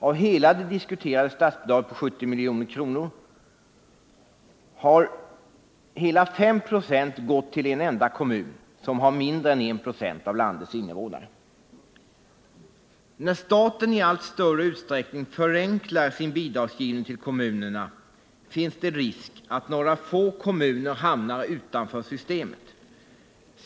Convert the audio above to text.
Av det totala statsbidraget på 70 milj.kr. har hela 5 96 gått till en enda kommun, som har mindre än 1 96 av landets invånare. När staten i allt större utsträckning förenklar bidragsgivningen till kommunerna, finns det en risk att några få kommuner hamnar utanför systemet.